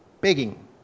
begging